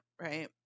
right